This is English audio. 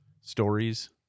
stories